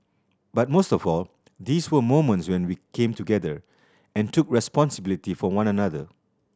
but most of all these were moments when we came together and took responsibility for one another